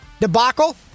debacle